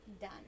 Done